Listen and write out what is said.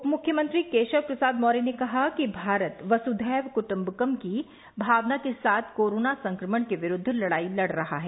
उपमुख्यमंत्री केशव प्रसाद मौर्य ने कहा कि भारत वसुधैव कुट्म्बकम की भावना के साथ कोरोना संक्रमण के विरूद लड़ाई लड़ रहा है